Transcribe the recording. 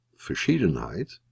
Verschiedenheit